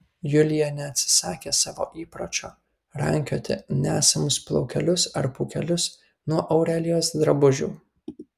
julija neatsisakė savo įpročio rankioti nesamus plaukelius ar pūkelius nuo aurelijos drabužių